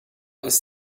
ist